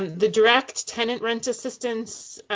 the direct tenant rent assistance